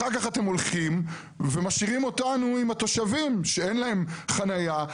אחר כך אתם הולכים ומשאירים אותנו עם התושבים שאין להם חניה,